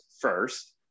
first